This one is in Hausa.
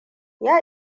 ya